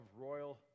royal